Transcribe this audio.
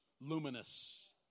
luminous